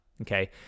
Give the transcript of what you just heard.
Okay